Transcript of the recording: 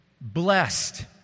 blessed